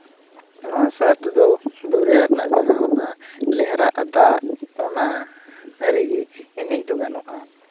ᱱᱚᱣᱟ ᱥᱟᱨᱠ ᱫᱚ ᱫᱚᱨᱭᱟ ᱨᱮᱱᱟᱜ ᱡᱟᱦᱟᱸ ᱚᱱᱟ ᱞᱮᱦᱨᱟᱜᱼᱟ ᱫᱟᱜ ᱚᱱᱟ ᱨᱮᱜᱮ ᱮᱱᱮᱡ ᱫᱚ ᱜᱟᱱᱚᱜᱼᱟ